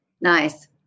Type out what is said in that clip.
Nice